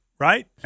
Right